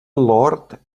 lord